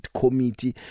committee